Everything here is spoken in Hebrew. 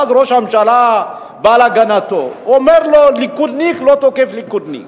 ואז ראש הממשלה בא להגנתו ואמר: ליכודניק לא תוקף ליכודניק.